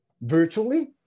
virtually